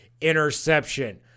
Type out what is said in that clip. interception